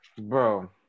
Bro